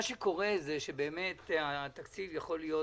מה שקורה הוא שהתקציב באמת יכול להיות